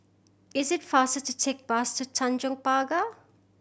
is it faster to take bus to Tanjong Pagar